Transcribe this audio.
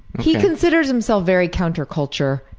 he considers himself very counter-culture,